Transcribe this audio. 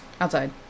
outside